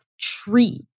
tree